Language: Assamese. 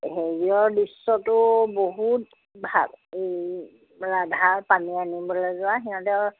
হেৰিয়ৰ দৃশ্যটো বহুত ভাল এই ৰাধাৰ পানী আনিবলৈ যোৱা সিহঁতে